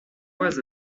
was